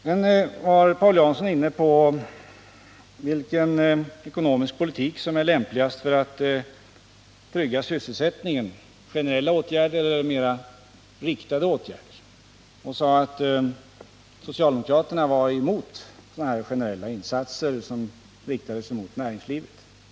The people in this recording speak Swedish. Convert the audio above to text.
Sedan var Paul Jansson inne på vilken ekonomisk politik som är lämpligast för att trygga sysselsättningen — generella åtgärder eller mera riktade åtgärder. Han sade att socialdemokraterna var emot generella insatser för näringslivet.